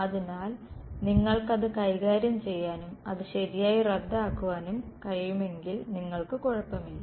അതിനാൽ നിങ്ങൾക്ക് അത് കൈകാര്യം ചെയ്യാനും അത് ശരിയായി റദ്ദാക്കാനും കഴിയുമെങ്കിൽ നിങ്ങൾക്ക് കുഴപ്പമില്ല